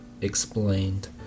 explained